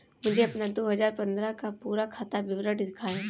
मुझे अपना दो हजार पन्द्रह का पूरा खाता विवरण दिखाएँ?